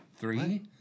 Three